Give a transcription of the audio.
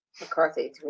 McCarthy